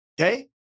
okay